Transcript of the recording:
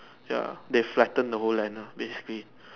ya they flatten the whole land nah basically